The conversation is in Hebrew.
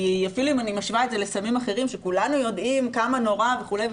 אפילו אם אני משווה את זה לסמים אחרים שכולנו יודעים כמה נורא וכולי,